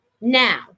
now